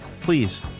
Please